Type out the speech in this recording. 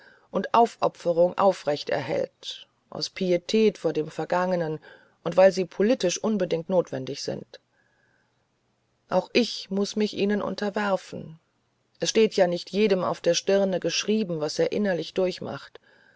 und aufopferung aufrecht erhält aus pietät vor dem vergangenen und weil sie politisch unbedingt notwendig sind auch ich muß mich ihnen unterwerfen es steht ja nicht jedem auf der stirne geschrieben was er innerlich durchmacht